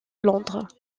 londres